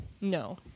No